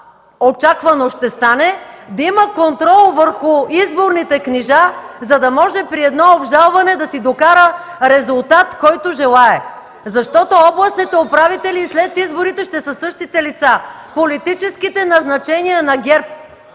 очаквано ще стане, да има контрол върху изборните книжа, за да може при обжалване да си докара резултата, който желае. Защото областните управители и след изборите ще са същите лица – политическите назначения на ГЕРБ,